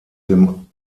dem